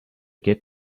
get